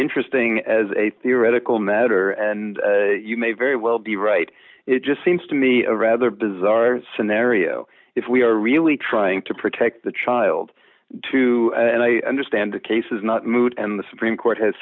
interesting as a theoretical matter and you may very well be right it just seems to me a rather bizarre scenario if we are really trying to protect the child too and i understand a case is not moot and the supreme court has